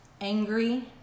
angry